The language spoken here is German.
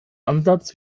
ansatz